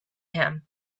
him